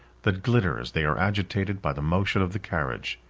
that glitter as they are agitated by the motion of the carriage.